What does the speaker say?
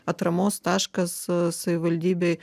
atramos taškas savivaldybei